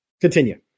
Continue